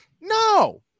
no